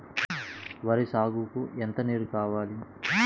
వరి సాగుకు ఎంత నీరు కావాలి?